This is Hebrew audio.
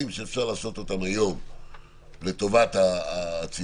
שאפשר לעשות אותם היום לטובת הציבור.